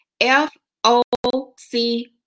F-O-C